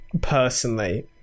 personally